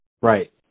Right